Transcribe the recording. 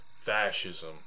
fascism